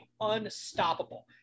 unstoppable